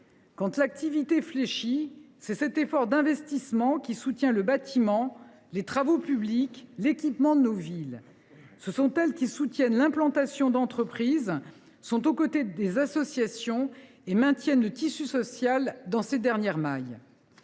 Quand l’activité fléchit, c’est cet effort d’investissement qui soutient le bâtiment, les travaux publics, l’équipement de nos villes. « Ce sont elles, aussi, qui soutiennent l’implantation d’entreprises, sont aux côtés des associations et maintiennent le tissu social dans ses dernières mailles.